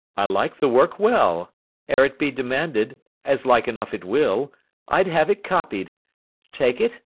i like the work well ere it be demanded as like enough it will i'd have it copied take it,